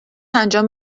انجام